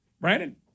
Brandon